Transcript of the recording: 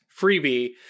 freebie